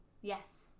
yes